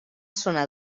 zona